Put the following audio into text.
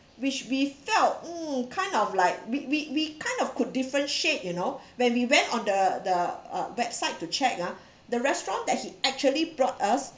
which we felt mm kind of like we we we kind of could differentiate you know when we went on the the uh website to check ah the restaurant that he actually brought us